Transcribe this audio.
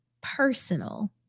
personal